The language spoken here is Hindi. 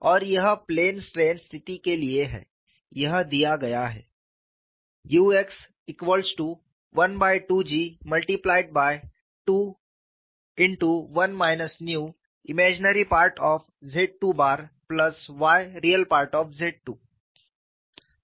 और यह प्लेन स्ट्रेन स्थिति के लिए है यह दिया गया है